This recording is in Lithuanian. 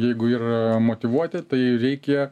jeigu yra motyvuoti tai ir reikia